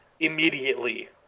Immediately